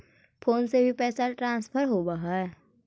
Phone से भी पैसा ट्रांसफर होवहै?